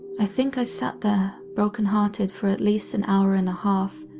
i think i sat there broken-hearted for at least an hour and a half,